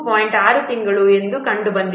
6 ತಿಂಗಳುಗಳು ಎಂದು ಕಂಡುಬಂದಿದೆ